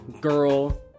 girl